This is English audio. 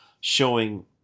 showing